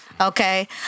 okay